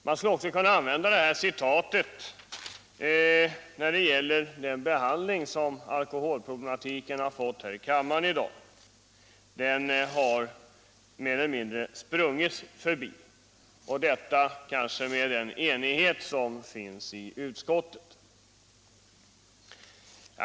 Man skulle också kunna säga någonting liknande när det gäller den behandling som alkoholproblematiken har fått här i kammaren i dag — den har mer eller mindre sprungits förbi och detta kanske Etableringsregler 50 har skett med anledning av den enighet som finns i utskottet.